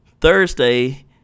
Thursday